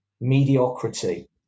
mediocrity